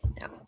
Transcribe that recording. No